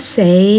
say